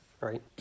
right